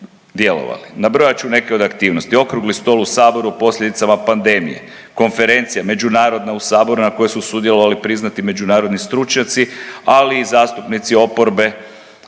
Nabrojat ću neke od aktivnosti okrugli stol u Saboru posljedicama pandemije, konferencija međunarodna u Saboru na kojoj su sudjelovali priznati međunarodni stručnjaci ali i zastupnici oporbe